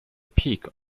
peak